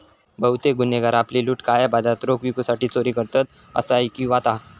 बहुतेक गुन्हेगार आपली लूट काळ्या बाजारात रोख विकूसाठी चोरी करतत, असा ऐकिवात हा